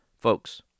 Folks